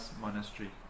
monastery